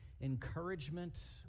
encouragement